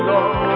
Lord